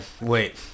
wait